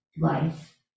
life